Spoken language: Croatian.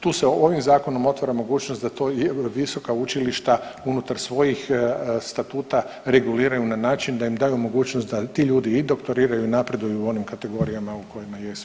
Tu se ovim zakonom otvara mogućnost da to i visoka učilišta unutar svojih statuta reguliraju na način da im daju mogućnost da ti ljudi i doktoriraju, napreduju u onim kategorijama u kojima jesu.